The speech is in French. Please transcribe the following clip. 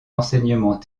enseignement